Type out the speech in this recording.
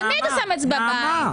למי אתה שם אצבע בעין?